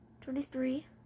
twenty-three